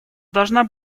должна